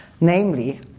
namely